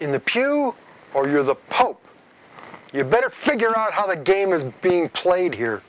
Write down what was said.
in the pew or you're the pope you better figure out how the game is being played here